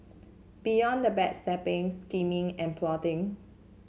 beyond the backstabbing scheming and plotting